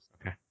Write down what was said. Okay